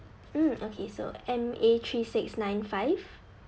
mm okay so m a three six nine five